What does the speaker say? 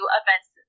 events